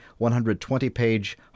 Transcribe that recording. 120-page